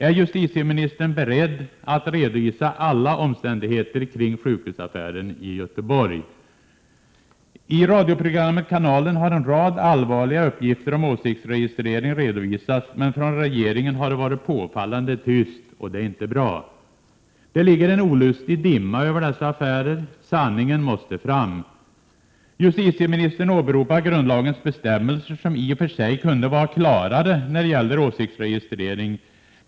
Är justitieministern beredd att redovisa alla omständigheter kring sjukhusaffären i Göteborg? I radioprogrammet Kanalen har en rad allvarliga uppgifter om åsiktsregistrering redovisats, men från regeringens sida har det varit påfallande tyst. Detta är inte bra. Det ligger en olustig dimma över dessa affärer. Sanningen måste fram! Justitieministern åberopar grundlagens bestämmelser — som i och för sig kunde vara klarare — när det gäller åsiktsregistrering.